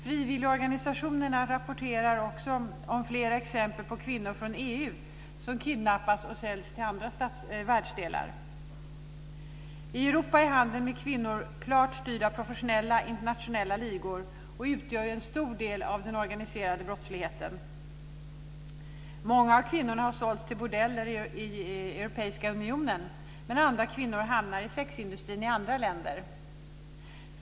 Frivilligorganisationerna rapporterar också om flera exempel på kvinnor från EU som kidnappas och säljs till andra världsdelar. I Europa är handeln med kvinnor klart styrd av professionella internationella ligor och utgör en stor del av den organiserade brottsligheten. Många av kvinnorna har sålts till bordeller i länder i Europeiska unionen, medan andra kvinnor hamnar i sexindustrin i andra länder.